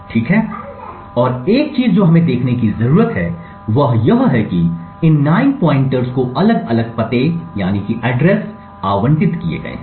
ठीक है और एक चीज जो हमें देखने की जरूरत है वह यह है कि इन 9 पॉइंटरस को अलग अलग पते आवंटित किए गए हैं